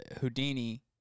Houdini